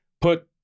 put